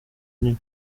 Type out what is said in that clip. runini